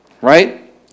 Right